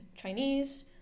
Chinese